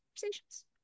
conversations